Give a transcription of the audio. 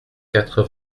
quatre